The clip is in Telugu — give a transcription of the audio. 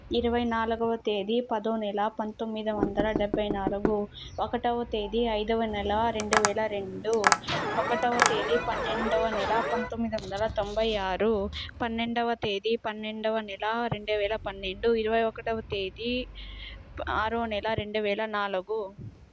ఇరవై నాల్గవ తేదీ పదో నెల పంతొమ్మిది వందల డెబ్బై నాలుగు ఒకటోవ తేదీ ఐదో నెల రెండు వేల రెండు ఒకటవ తేదీ పన్నెండొవ నెల పంతొమ్మిది వందల తొంభై ఆరు పన్నెండవ తేదీ పన్నెండవ నెల రెండు వేల పన్నెండు ఇరవై ఒకటో తేదీ ఆరో నెల రెండు వేల నాలుగు